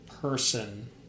person